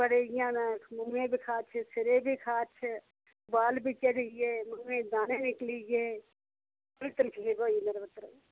ते बड़े इं'या न मुहैं बी खारश ते सिरै गी बी खारश ते बाल बी झड़ी गे ते मूहें गी दाने बी निकली गे बड़ी तकलीफ होई मेरे पुत्तर